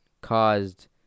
caused